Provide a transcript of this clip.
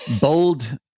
bold